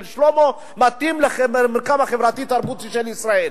שלמה מתאים למרקם החברתי-תרבותי של ישראל?